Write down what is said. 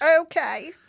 okay